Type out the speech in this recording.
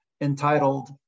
entitled